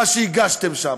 מה שהגשתם שם.